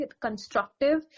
constructive